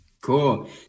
Cool